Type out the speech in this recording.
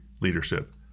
leadership